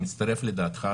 אני מצטרף לדעתך,